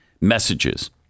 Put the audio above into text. messages